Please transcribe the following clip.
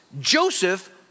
Joseph